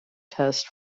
test